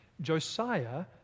Josiah